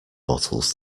bottles